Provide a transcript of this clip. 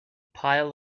pile